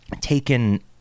taken